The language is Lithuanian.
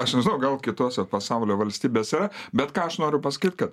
aš nežinau gal kitose pasaulio valstybėse yra bet ką aš noriu pasakyt kad